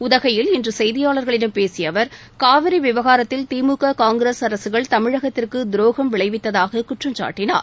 உதகையில் இன்று செய்தியாளர்களிடம் பேசிய அவர் காவிரி விவகாரத்தில் திமுக காங்கிரஸ் அரசுகள் தமிழகத்திற்கு துரோகம் விளைவித்ததாக குற்றம்சாட்டினார்